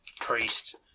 Priest